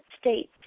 States